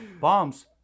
bombs